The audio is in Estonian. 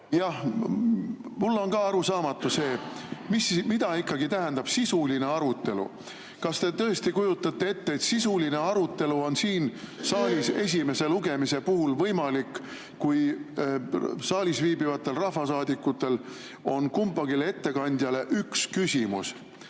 Jah. Mulle on ka arusaamatu see, mida ikkagi tähendab sisuline arutelu. Kas te tõesti kujutate ette, et sisuline arutelu on siin saalis esimese lugemise puhul võimalik, kui saalis viibivad rahvasaadikud tohivad kummalegi ettekandjale esitada